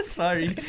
sorry